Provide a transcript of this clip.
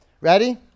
Ready